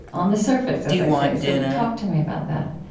on the surface, as i say. so talk to me about that